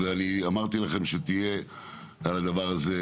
אמרתי לכם שתהיה התייחסות על הדבר הזה,